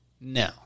No